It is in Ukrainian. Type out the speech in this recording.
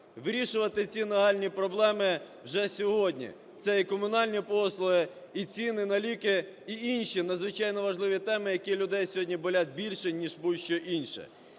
вирішувати ці нагальні проблеми вже сьогодні. Це і комунальні послуги, і ціни на ліки, і інші надзвичайно важливі теми, які в людей сьогодні болять більше, ніж будь-що інше.